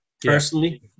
personally